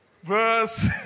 Verse